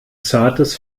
zartes